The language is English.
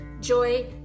joy